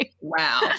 Wow